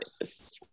Yes